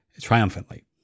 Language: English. triumphantly